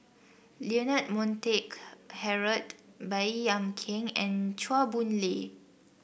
Leonard Montague Harrod Baey Yam Keng and Chua Boon Lay